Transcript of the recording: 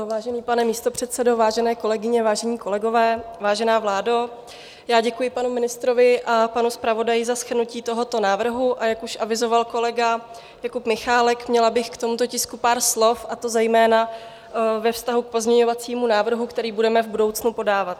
Vážený pane místopředsedo, vážené kolegyně, vážení kolegové, vážená vládo, děkuji panu ministrovi a panu zpravodaji za shrnutí tohoto návrhu, a jak už avizoval kolega Jakub Michálek, měla bych k tomuto tisku pár slov, a to zejména ve vztahu k pozměňovacímu návrhu, který budeme v budoucnu podávat.